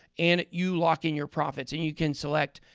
and you lock in your profits. and you can select,